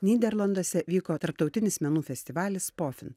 nyderlanduose vyko tarptautinis menų festivalis spofin